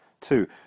Two